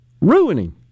Ruining